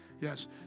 Yes